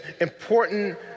important